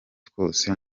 twose